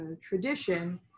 tradition